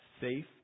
safe